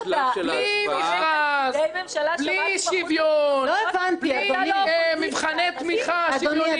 בלי מכרז, בלי שוויון, בלי מבחני תמיכה שוויוניים.